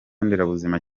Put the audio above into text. nderabuzima